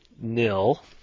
nil